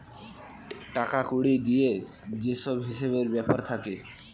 টাকা কড়ি দিয়ে যে সব হিসেবের ব্যাপার থাকে